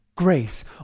grace